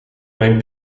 mijn